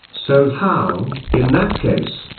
so how, in that case,